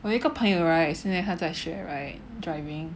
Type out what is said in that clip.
我有一个朋友 right 现在他在学 right driving